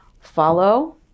follow